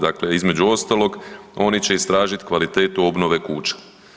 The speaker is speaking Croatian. Dakle, između ostalog oni će istražit kvalitetu obnove kuća.